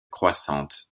croissante